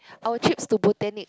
our trips to botanic